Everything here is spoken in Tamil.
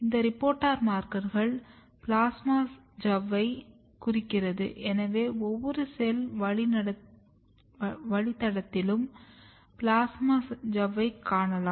இந்த ரிப்போர்ட்டர் மார்க்கர் பிளாஸ்மா சவ்வைக் குறிக்கிறது எனவே ஒவ்வொரு செல் வழித்தடத்திலும் பிளாஸ்மா சவ்வைக் காணலாம்